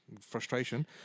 frustration